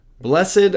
Blessed